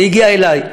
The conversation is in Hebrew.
זה הגיע אלי.